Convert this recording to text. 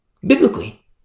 Biblically